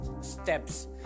steps